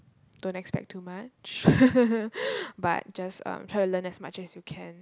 don't expect too much but just um try to learn as much as you can